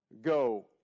go